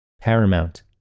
Paramount